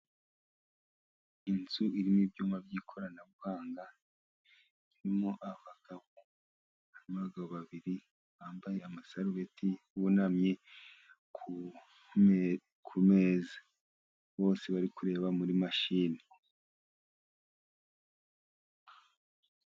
Inzu irimo ibyuma by'ikoranabuhanga, irimo abagabo babiri bambaye amasarubeti, bunamye ku meza bose, bari kureba muri mashini.